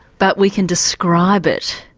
but we can describe it.